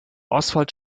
oswald